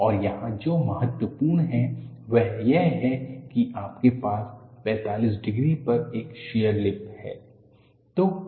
और यहां जो महत्वपूर्ण है वह यह है कि आपके पास 45 डिग्री पर एक शियर लिप है